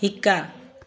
শিকা